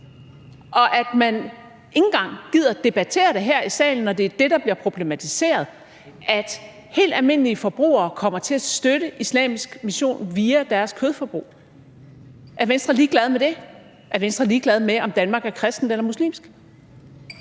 Og gider man ikke engang debattere det her i salen, når det, der bliver problematiseret, er, at helt almindelige forbrugere kommer til at støtte islamisk mission via deres kødforbrug? Er Venstre ligeglad med det? Er Venstre er ligeglad med, om Danmark er kristent eller muslimsk?